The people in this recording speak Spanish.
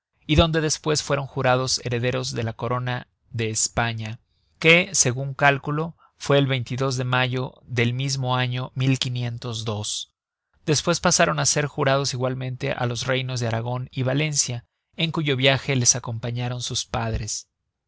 y donde despues fueron jurados herederos de la corona de españa que segun cálculo fue el de mayo del mismo año despues pasaron á ser jurados igualmente á los reinos de aragon y valencia en cuyo viaje les acompañaron sus padres